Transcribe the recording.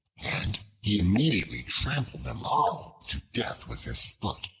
and he immediately trampled them all to death with his foot.